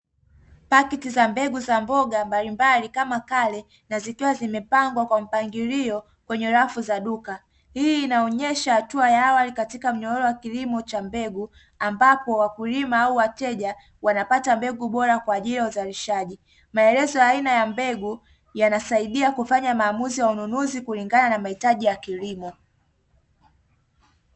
Pkiti za begu za mboga mbalimbali kama kale na zikiwa zimepangwa kwa mpangilio kwenye rafu za duka, hii inaonyesha hatua ya awali katika mnyororo wa kilimo cha mbegu, ambapo wakulima au wateja wanapata mbegu bora kwa ajili ya uzalishaji, maelezo ya aina ya mbegu yanasaidia kufanya maamuzi ya ununuzi kulingana na mahitaji ya kilimo.